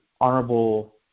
honorable